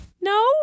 No